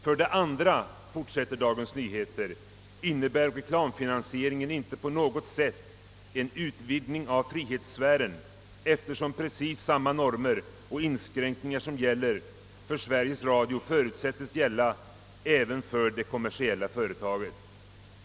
För det andra innebär reklamfinansieringen inte på något sätt en utvidgning av frihetssfären, eftersom precis samma normer och inskränkningar som gäller för Sveriges Radio förutsättes gälla även för det kommersiella företaget.